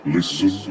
Listen